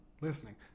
listening